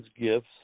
gifts